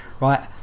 right